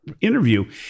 interview